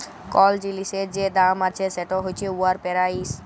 call জিলিসের যে দাম আছে সেট হছে উয়ার পেরাইস